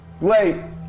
Wait